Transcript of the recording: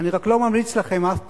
אני רק לא ממליץ לכם אף פעם,